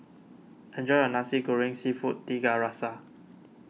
enjoy your Nasi Goreng Seafood Tiga Rasa